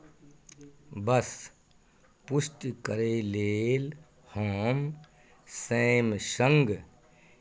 बस पुष्टि करय लेल हम सैमसंग